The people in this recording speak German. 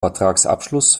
vertragsabschluss